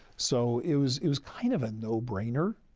so, it was it was kind of a no-brainer,